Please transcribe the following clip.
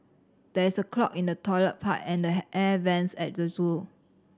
there is a clog in the toilet pipe and the air vents at the zoo